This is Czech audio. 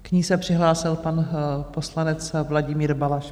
K ní se přihlásil pan poslanec Vladimír Balaš.